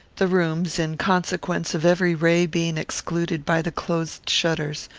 the rooms, in consequence of every ray being excluded by the closed shutters,